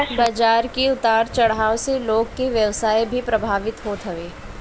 बाजार के उतार चढ़ाव से लोग के व्यवसाय भी प्रभावित होत हवे